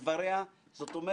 אנחנו מעלים שאלה.